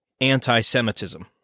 anti-Semitism